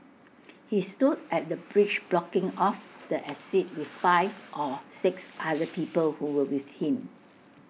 he stood at the bridge blocking off the exit with five or six other people who were with him